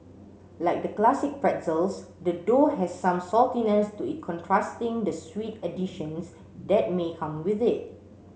like the classic pretzels the dough has some saltiness to it contrasting the sweet additions that may come with it